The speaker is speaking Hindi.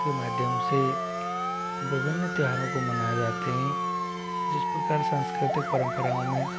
के माध्यम से विभिन्न त्यौहारों को मनाए जाते हैं जिस प्रकार सांस्कृतिक परम्पराओं में